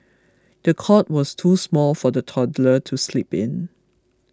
the cot was too small for the toddler to sleep in